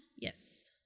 Yes